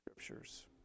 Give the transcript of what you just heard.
scriptures